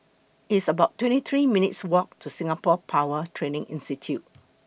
It's about twenty three minutes' Walk to Singapore Power Training Institute